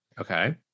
Okay